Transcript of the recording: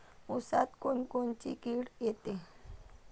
ऊसात कोनकोनची किड येते?